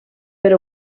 per